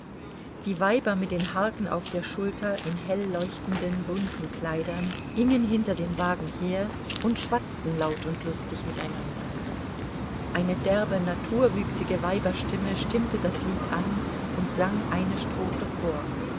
die weiber mit den harken auf der schulter in hell leuchtenden bunten kleidern gingen hinter den wagen her und schwatzten laut und lustig miteinander eine derbe naturwüchsige weiberstimme stimmte das lied an und sang eine strophe vor